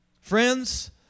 Friends